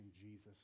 Jesus